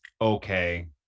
Okay